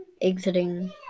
exiting